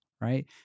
right